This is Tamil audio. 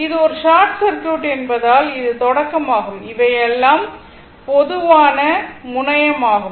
இது ஒரு ஷார்ட் சர்க்யூட் என்பதால் இது தொடக்கமாகும் இவையெல்லாம் எல்லாம் பொதுவான முனையம் ஆகும்